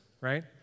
right